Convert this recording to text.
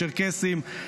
צ'רקסים,